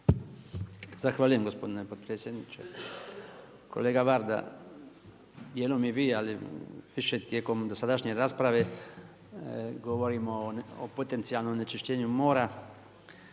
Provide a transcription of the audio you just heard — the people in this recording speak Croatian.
Zahvaljujem gospodine potpredsjedniče. Kolega Varda, dijelom i vi, ali više tijekom dosadašnje rasprave govorimo o potencijalnom onečišćenju mora,